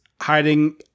hiding